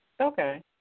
Okay